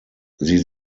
sie